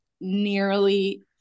nearly